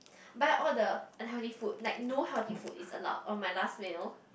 buy all the unhealthy food like no healthy food is allowed on my last meal